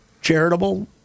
charitable